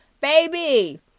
Baby